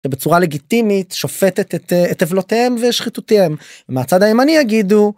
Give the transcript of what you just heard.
בצורה לגיטימית שופטת את עוולותיהם ושחיתויותיהם. מהצד הימני יגידו,